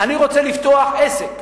אני רוצה לפתוח עסק,